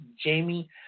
Jamie